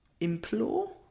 implore